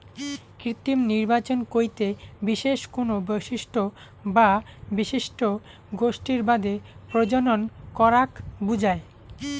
কৃত্রিম নির্বাচন কইতে বিশেষ কুনো বৈশিষ্ট্য বা বৈশিষ্ট্য গোষ্ঠীর বাদে প্রজনন করাক বুঝায়